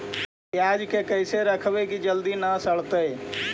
पयाज के कैसे रखबै कि जल्दी न सड़तै?